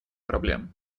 проблем